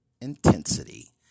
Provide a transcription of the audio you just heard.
intensity